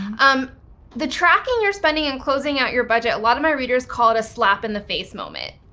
um the tracking your spending and closing out your budget, a lot of my readers call it a slap in the face moment,